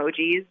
emojis